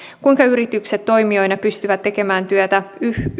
kuinka yritykset toimijoina pystyvät tekemään työtä